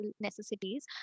necessities